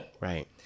Right